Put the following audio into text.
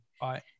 Bye